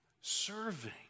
Serving